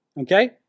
okay